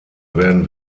werden